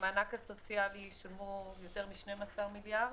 המענק הסוציאלי שהוא יותר מ-12 מיליארד